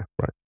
Right